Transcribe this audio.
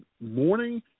morning